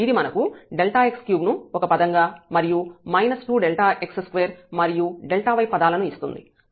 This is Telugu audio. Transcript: ఇది మనకు Δx3 ను ఒక పదం గా మరియు మైనస్ 2Δx2మరియు Δy పదాలని ఇస్తుంది